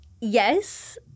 Yes